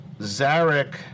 Zarek